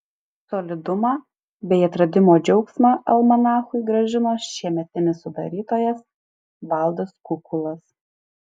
solidumą bei atradimo džiaugsmą almanachui grąžino šiemetinis sudarytojas valdas kukulas